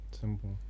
simple